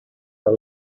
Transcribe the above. the